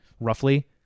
roughly